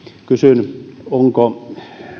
kysyn onko